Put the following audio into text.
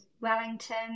Wellington